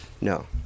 no